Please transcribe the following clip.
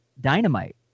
dynamite